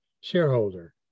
shareholder